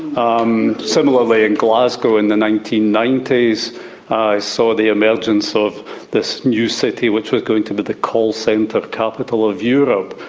um similarly in glasgow in the nineteen ninety s i saw the emergence of this new city which was going to be the call centre capital of europe.